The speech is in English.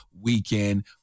weekend